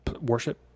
worship